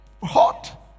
Hot